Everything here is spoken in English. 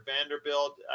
Vanderbilt